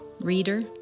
reader